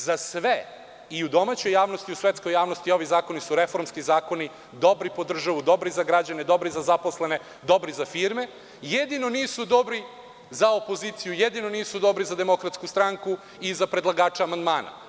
Za sve i u domaćoj javnosti i u svetskoj javnosti ovi zakoni su reformski zakoni, dobri po državu, dobri za građane, dobri za zaposlene, dobri za firme, jedino nisu dobri za opoziciju, jedino nisu dobri za Demokratsku stranku i za predlagača amandmana.